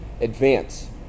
advance